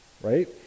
right